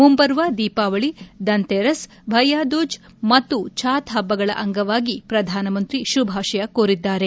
ಮುಂಬರುವ ದೀಪಾವಳಿ ದಂತೇರಾಸ್ ಭಯ್ಯಾದೂಜ್ ಮತ್ತು ಛಾತ್ ಹಬ್ಬಗಳ ಅಂಗವಾಗಿ ಪ್ರಧಾನಮಂತ್ರಿ ಶುಭಾಶಯ ಕೋರಿದ್ದಾರೆ